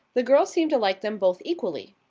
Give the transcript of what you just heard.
the girl seemed to like them both equally.